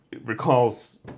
recalls